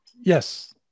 yes